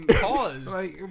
pause